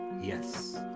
Yes